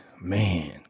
man